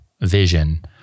vision